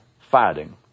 fighting